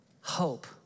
hope